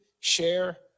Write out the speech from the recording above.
share